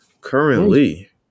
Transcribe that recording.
currently